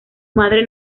madre